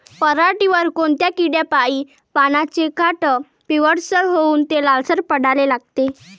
पऱ्हाटीवर कोनत्या किड्यापाई पानाचे काठं पिवळसर होऊन ते लालसर पडाले लागते?